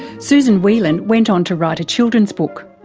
susan whelan went on to write a children's book.